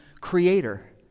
creator